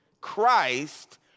Christ